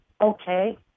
Okay